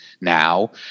now